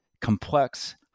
complex